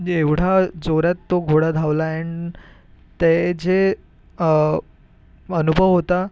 म्हणजे एवढा जोरात तो घोडा धावला अँड ते जे अनुभव होता